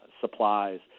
supplies